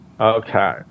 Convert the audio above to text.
Okay